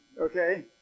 Okay